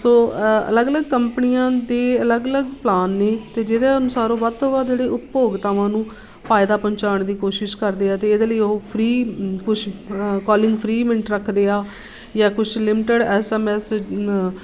ਸੋ ਅਲੱਗ ਅਲੱਗ ਕੰਪਨੀਆਂ ਦੇ ਅਲੱਗ ਅਲੱਗ ਪਲਾਨ ਨੇ ਅਤੇ ਜਿਹਦੇ ਅਨੁਸਾਰ ਉਹ ਵੱਧ ਤੋਂ ਵੱਧ ਜਿਹੜੇ ਉਪਭੋਗਤਾਵਾਂ ਨੂੰ ਫਾਇਦਾ ਪਹੁੰਚਾਉਣ ਦੀ ਕੋਸ਼ਿਸ਼ ਕਰਦੇ ਹਾਂ ਅਤੇ ਇਹਦੇ ਲਈ ਉਹ ਫ੍ਰੀ ਕੁਛ ਕੋਲਿੰਗ ਫ੍ਰੀ ਮਿੰਟ ਰੱਖਦੇ ਹਾਂ ਜਾਂ ਕੁਛ ਲਿਮਿਟਡ ਐੱਸ ਐੱਮ ਐੱਸ ਨ